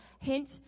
Hint